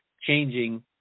changing